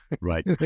right